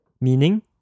meaning